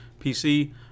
PC